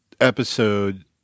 episode